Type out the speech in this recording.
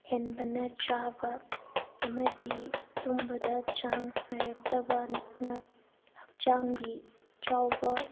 ꯍꯦꯟꯕꯅ ꯆꯥꯕ ꯑꯃꯗꯤ ꯇꯨꯝꯕꯗ ꯆꯥꯡ ꯅꯥꯏꯔꯛꯇꯕꯅ ꯍꯛꯆꯥꯡꯒꯤ ꯆꯥꯎꯕ